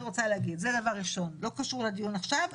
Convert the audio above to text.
זה לא קשור לדיון עכשיו,